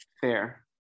Fair